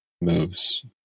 moves